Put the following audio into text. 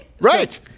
Right